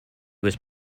was